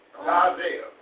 Isaiah